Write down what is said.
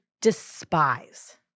despise